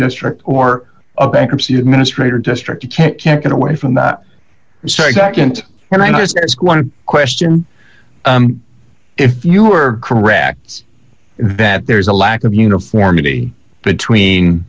district or a bankruptcy administrator district you can't get away from that nd and i just ask one question if you are correct that there is a lack of uniformity between